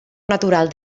natural